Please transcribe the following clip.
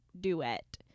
duet